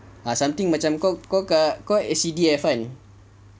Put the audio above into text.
ah something macam kau kau kat kau S_C_D_F kan